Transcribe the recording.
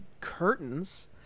curtains